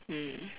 mm